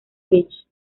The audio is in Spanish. beach